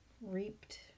reaped